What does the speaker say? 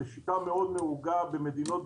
זו שיטה נהוגה מאוד במדינות,